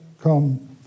come